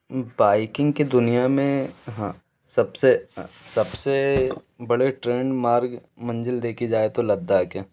biking की दुनिया में हाँ सब से हाँ सब से बड़ी ट्रेंड मार्ग मंज़िल देखी जाए तो लद्दाख़ है